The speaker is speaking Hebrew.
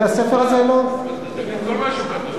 אבל תגיד כל מה שהוא כתב.